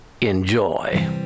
Enjoy